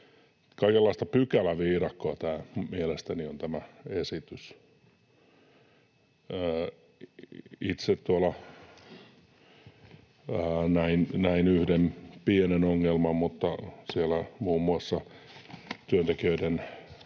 Kaikenlaista pykäläviidakkoa mielestäni on tämä esitys. Itse tuolla näin yhden pienen ongelman: siellä muun muassa väliaikaisen